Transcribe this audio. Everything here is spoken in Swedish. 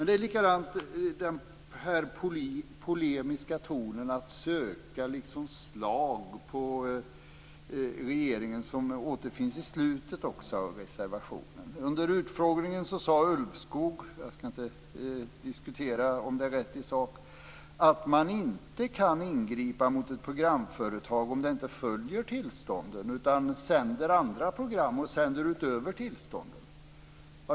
Det är samma sak med den polemiska tonen, att man försöker slå på regeringen, som också återfinns i slutet av reservationen. Man skriver att under utfrågningen sade Ulvskog - jag skall inte diskutera om det är rätt i sak - att regeringen inte kan ingripa mot ett programföretag om det inte följer tillståndet utan sänder andra program utöver tillståndet.